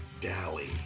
dally